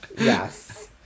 Yes